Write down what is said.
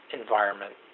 environment